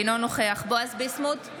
אינו נוכח בועז ביסמוט,